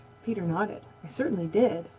peter nodded. i certainly did,